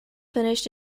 finished